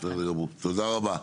בסדר גמור תודה רבה.